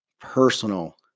personal